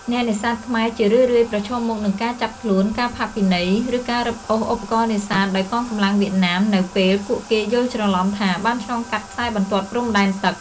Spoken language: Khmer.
អ្នកនេសាទខ្មែរជារឿយៗប្រឈមមុខនឹងការចាប់ខ្លួន ការផាកពិន័យ ឬការរឹបអូសឧបករណ៍នេសាទដោយកងកម្លាំងវៀតណាម នៅពេលពួកគេយល់ច្រឡំថាបានឆ្លងកាត់ខ្សែបន្ទាត់ព្រំដែនទឹក។